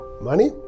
money